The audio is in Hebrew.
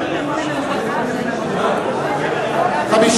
התשע"א 2010,